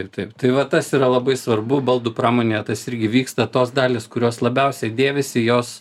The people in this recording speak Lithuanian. ir taip tai va tas yra labai svarbu baldų pramonėje tas irgi vyksta tos dalys kurios labiausiai dėvisi jos